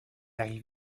arrive